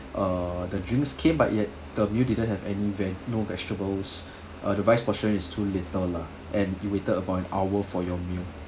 err the drinks came but yet the meal didn't have any no vegetables uh the rice portion is too little lah and you waited about an hour for your meal